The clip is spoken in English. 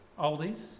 oldies